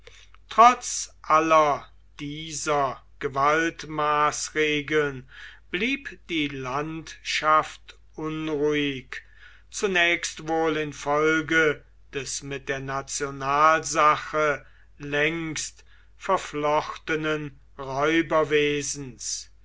trotz aller dieser gewaltmaßregeln blieb die landschaft unruhig zunächst wohl infolge des mit der nationalsache längst verflochtenen